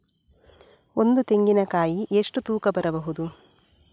ಒಂದು ತೆಂಗಿನ ಕಾಯಿ ಎಷ್ಟು ತೂಕ ಬರಬಹುದು?